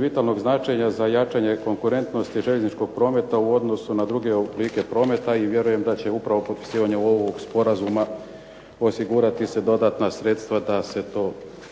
vitalnog značenja za jačanje konkurentnosti željezničkog prometa u odnosu na druge oblike prometa. I vjerujem da će upravo potpisivanje ovog sporazuma osigurati se dodatna sredstva da se to i